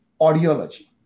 audiology